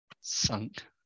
sunk